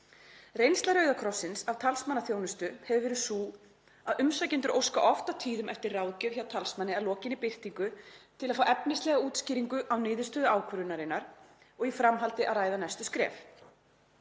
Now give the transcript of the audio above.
Reynsla Rauða krossins af talsmannaþjónustu hefur verið sú að umsækjendur óska oft á tíðum eftir ráðgjöf hjá talsmanni að lokinni birtingu til að fá efnislega útskýringu á niðurstöðu ákvörðunar og í framhaldi að ræða næstu skref.